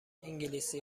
انگلیسی